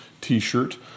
t-shirt